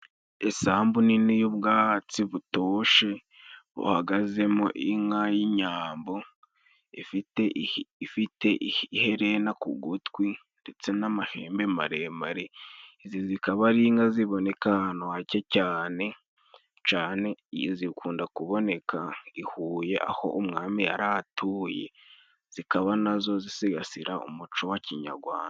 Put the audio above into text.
Isambu nini y'ubwatsi butoshye, buhagazemo inka y'inyambo. Ifite iherena ku gutwi ndetse n'amahembe maremare. Izi zikaba ari inka ziboneka ahantu hake. Cyane cyane zikunda kuboneka i Huye. Aho umwami yari atuye. Zikaba na zo zisigasira umuco wa kinyarwanda.